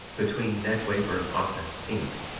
between ned wayburn office, inc,